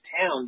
town